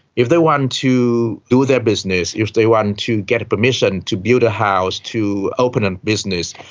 if they want to do their business, if they want and to get permission to build a house, to open a business,